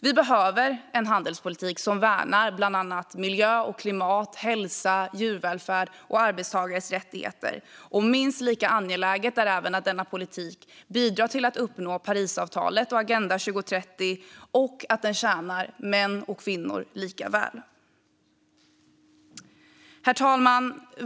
Vi behöver en handelspolitik som värnar bland annat miljö och klimat, hälsa, djurvälfärd och arbetstagares rättigheter. Minst lika angeläget är även att denna politik bidrar till att uppnå Parisavtalet och Agenda 2030 samt att den tjänar män och kvinnor lika väl. Herr talman!